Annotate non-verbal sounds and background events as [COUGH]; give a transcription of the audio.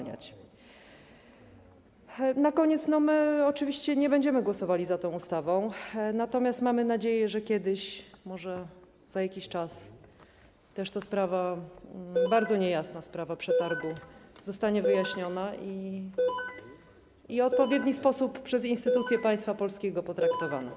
Na koniec powiem, że my oczywiście nie będziemy głosowali za tą ustawą, natomiast mamy nadzieję, że kiedyś, może za jakiś czas ta [NOISE] bardzo niejasna sprawa przetargu zostanie wyjaśniona i w odpowiedni sposób przez instytucje państwa polskiego potraktowana.